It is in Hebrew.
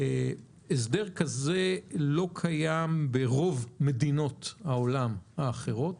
הסדר כזה לא קיים ברוב מדינות העולם האחרות.